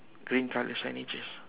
green color signages